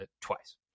twice